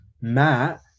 Matt